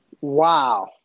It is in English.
Wow